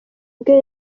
bwe